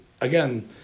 again